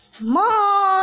Mom